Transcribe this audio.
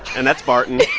and that's barton